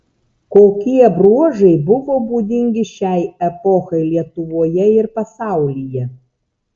kokie bruožai buvo būdingi šiai epochai lietuvoje ir pasaulyje